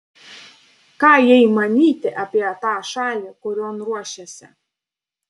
ką jai manyti apie tą šalį kurion ruošiasi